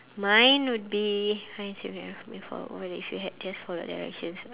mine would be what if you had just followed directions